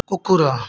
କୁକୁର